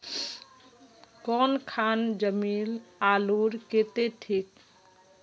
कौन खान जमीन आलूर केते ठिक?